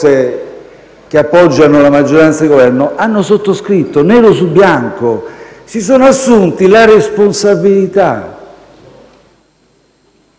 che appoggiano la maggioranza di Governo lo hanno sottoscritto nero su bianco, se ne sono assunti la responsabilità;